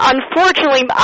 Unfortunately